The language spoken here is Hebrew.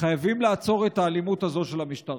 חייבים לעצור את האלימות הזאת של המשטרה.